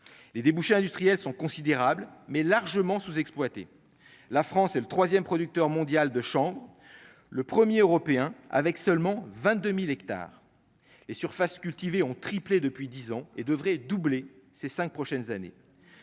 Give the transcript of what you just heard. les débouchés industriels sont considérables, mais largement sous-exploité, la France est le 3ème producteur mondial de chant, le 1er européen avec seulement 22000 hectares les surfaces cultivées ont triplé depuis 10 ans et devrait doubler ces 5 prochaines années,